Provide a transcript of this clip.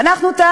ומה